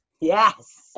Yes